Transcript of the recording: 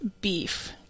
beef